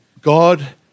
God